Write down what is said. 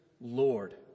Lord